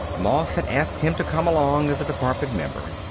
moss had asked him to come along as a department member.